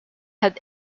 had